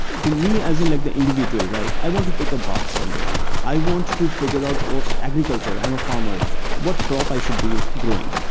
to me as and like the individual, i want to take a bath somewhere. i want to figure out what agriculture i'm a farmer what crop i should be growing.